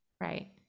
Right